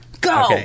Go